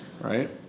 Right